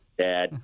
dad